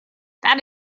that